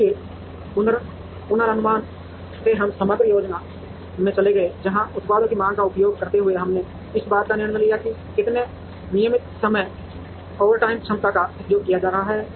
और फिर पूर्वानुमान से हम समग्र योजना में चले गए जहां उत्पादों की मांग का उपयोग करते हुए हमने इस बात पर निर्णय लिया कि कितने नियमित समय ओवरटाइम क्षमता का उपयोग किया जा रहा है